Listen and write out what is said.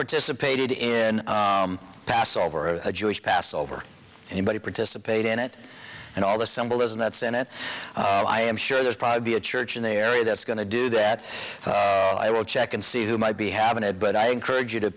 participated in passover of a jewish passover anybody participate in it and all the symbolism that senate i am sure there's probably a church in the area that's going to do that i will check and see who might be having it but i encourage you to